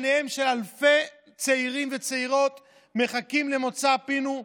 אלפי צעירים וצעירות מחכים למוצא פינו,